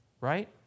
Right